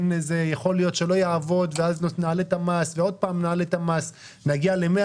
יכול להיות שהוא לא יעבוד ואז נעלה את המס ושוב נעלה את המס ונגיע ל-100